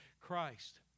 Christ